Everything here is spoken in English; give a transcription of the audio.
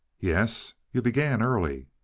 yes? you began early.